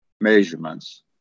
measurements